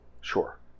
Sure